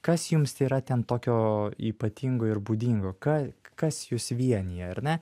kas jums yra ten tokio ypatingo ir būdingo ka kas jus vienija ar ne